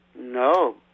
No